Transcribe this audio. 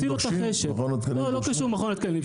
לא קשור מכון התקנים.